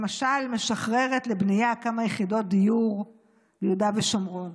למשל משחררת לבנייה כמה יחידות דיור ביהודה ושומרון,